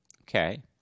Okay